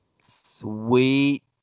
Sweet